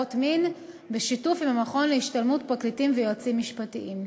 עבירות מין בשיתוף עם המכון להשתלמות פרקליטים ויועצים משפטיים.